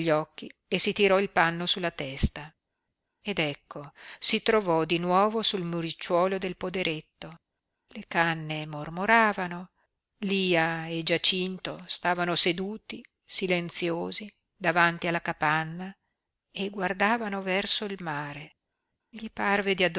gli occhi e si tirò il panno sulla testa ed ecco si trovò di nuovo sul muricciuolo del poderetto le canne mormoravano lia e giacinto stavano seduti silenziosi davanti alla capanna e guardavano verso il mare gli parve di